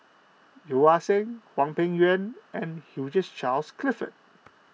Yeo Ah Seng Hwang Peng Yuan and Hugh Charles Clifford